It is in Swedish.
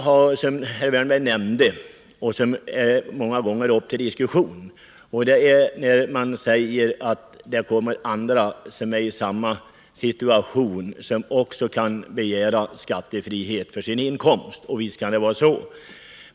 Herr Wärnberg nämnde en sak som många gånger varit uppe till diskussion, nämligen att andra som befinner sig i en likartad situation kan komma och begära skattefrihet för sina inkomster. Visst kan det vara så.